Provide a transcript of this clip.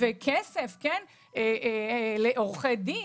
כסף לעורכי דין?